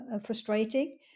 frustrating